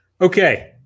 okay